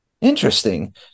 interesting